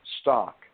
stock